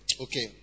Okay